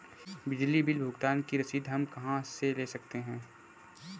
बिजली बिल भुगतान की रसीद हम कहां से ले सकते हैं?